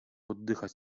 oddychać